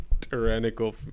tyrannical